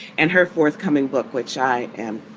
and her forthcoming book, which i am,